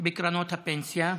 בקרנות הפנסיה הוותיקות,